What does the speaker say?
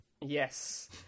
Yes